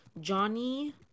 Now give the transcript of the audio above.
Johnny